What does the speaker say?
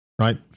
right